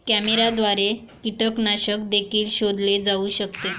कॅमेऱ्याद्वारे कीटकनाशक देखील शोधले जाऊ शकते